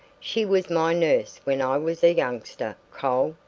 she was my nurse when i was a youngster, cole,